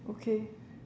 okay